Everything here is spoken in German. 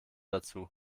dazu